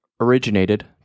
originated